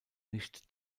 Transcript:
nicht